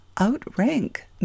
outrank